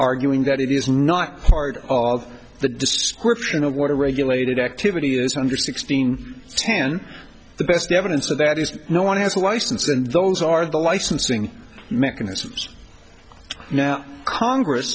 arguing that it is not part of the description of what a regulated activity is under sixteen ten the best evidence of that is no one has a license and those are the licensing mechanisms now congress